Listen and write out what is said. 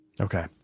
Okay